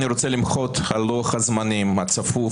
אני רוצה למחות על לוח-הזמנים הצפוף